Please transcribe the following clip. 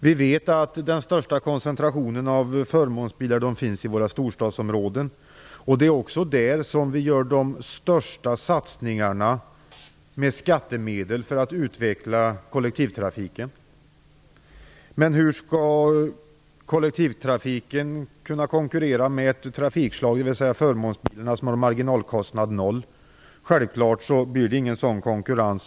Vi vet att den största koncentrationen av förmånsbilar finns i våra storstadsområden. Det är också där vi gör de största satsningarna med skattemedel för att utveckla kollektivtrafiken. Men hur skall kollektivtrafiken kunna konkurrera med ett trafikslag som förmånsbilarna, som har en marginalkostnad på noll? Självklart blir det ingen sådan konkurrens.